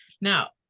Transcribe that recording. Now